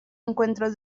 encuentros